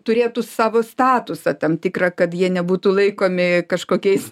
turėtų savo statusą tam tikrą kad jie nebūtų laikomi kažkokiais